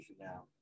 now